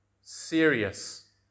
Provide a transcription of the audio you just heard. serious